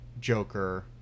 Joker